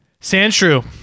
Sandshrew